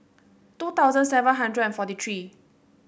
two thousand seven hundred and forty three